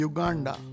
Uganda